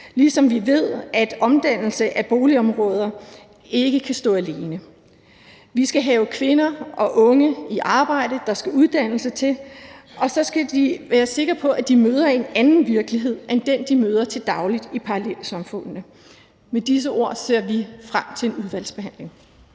ligesom vi ved, at omdannelse af boligområder ikke kan stå alene. Vi skal have kvinder og unge i arbejde; der skal uddannelse til; og så skal vi være sikre på, at de møder en anden virkelighed end den, de møder til daglig i parallelsamfundene. Med disse ord ser vi frem til en udvalgsbehandling.